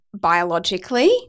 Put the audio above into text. biologically